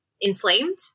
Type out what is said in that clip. inflamed